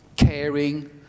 Caring